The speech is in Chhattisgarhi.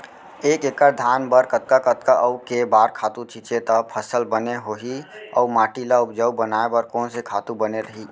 एक एक्कड़ धान बर कतका कतका अऊ के बार खातू छिंचे त फसल बने होही अऊ माटी ल उपजाऊ बनाए बर कोन से खातू बने रही?